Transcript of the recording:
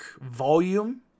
volume